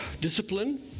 discipline